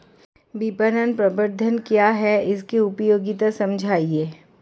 विपणन प्रबंधन क्या है इसकी उपयोगिता समझाइए?